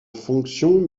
fonction